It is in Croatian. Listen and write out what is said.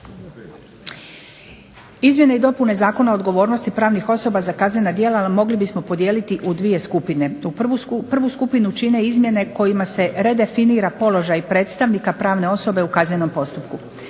Izmjene i dopune Zakona o odgovornosti pravnih osoba za kaznena djela mogli bismo podijeliti u 2 skupine. Prvu skupinu čine izmijene kojima se redefinira položaj predstavnika pravne osobe u kaznenom postupku.